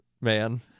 man